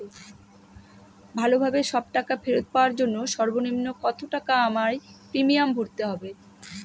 ভালোভাবে সব টাকা ফেরত পাওয়ার জন্য সর্বনিম্ন কতটাকা আমায় প্রিমিয়াম ভরতে হবে?